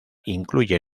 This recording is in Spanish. incluye